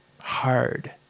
Hard